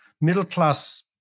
middle-class